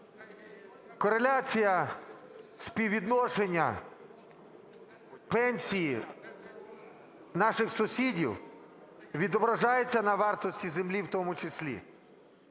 кореляція співвідношення пенсії наших сусідів відображається на вартості землі в тому числі.